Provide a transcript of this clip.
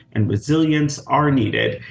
and resilience are needed,